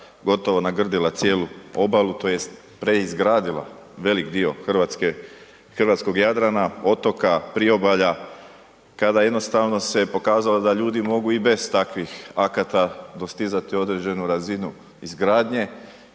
gotovo nagrdila cijelu obalu tj. preizgradila velik dio hrvatskog Jadrana, otoka, priobalja, kada jednostavno se pokazalo da ljudi mogu i bez takvih akata dostizati određenu razinu izgradnje